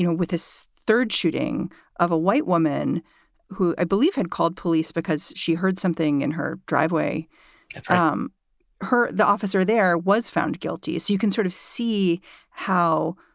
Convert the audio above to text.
you know with his third shooting of a white woman who i believe had called police because she heard something in her driveway from her. the officer there was found guilty. so you can sort of see how.